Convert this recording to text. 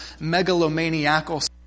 megalomaniacal